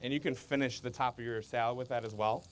and you can finish the top of your salad with that as well